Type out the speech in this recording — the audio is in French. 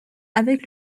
avec